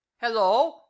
hello